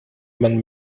man